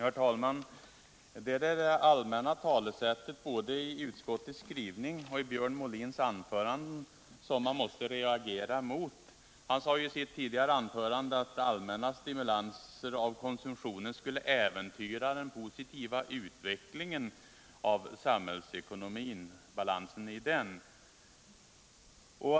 Herr talman! Det är bara allmänna talesätt, både i utskottets skrivning och i Björn Molins anförande. Björn Molin sade i sitt tidigare anförande att allmänna stimulanser av konsumtionen skulle äventyra den positiva utvecklingen av balansen i samhällsekonomin.